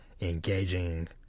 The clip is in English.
Engaging